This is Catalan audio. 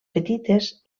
petites